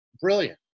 Brilliant